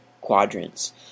quadrants